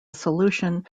solution